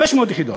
500 יחידות.